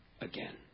again